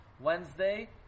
Wednesday